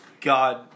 God